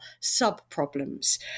sub-problems